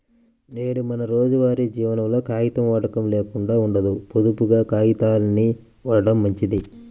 నేడు మన రోజువారీ జీవనంలో కాగితం వాడకం లేకుండా ఉండదు, పొదుపుగా కాగితాల్ని వాడటం మంచిది